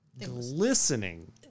Glistening